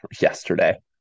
yesterday